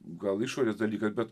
gal išorės dalykas bet